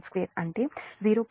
8112 అంటే 0